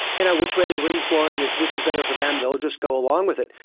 you know, which way the wind's blowing is which is better for them, they'll just go along with it,